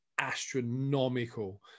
astronomical